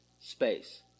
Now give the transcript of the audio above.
space